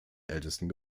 ältesten